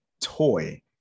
toy